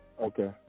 Okay